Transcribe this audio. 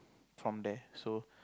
from there so